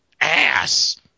Ass